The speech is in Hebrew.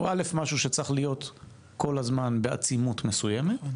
הוא א' משהו שצריך להיות כל הזמן בעצימות מסוימת,